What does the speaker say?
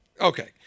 Okay